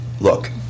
look